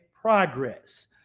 progress